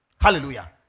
Hallelujah